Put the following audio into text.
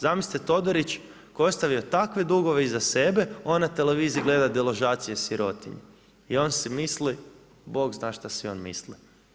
Zamislite Todorić koji je ostavio takve dugove iza sebe on na televiziji gleda deložacije sirotinje i on si misli Bog zna šta si on misli.